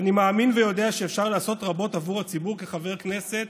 ואני מאמין ויודע שאפשר לעשות רבות עבור הציבור כחבר הכנסת